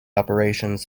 operations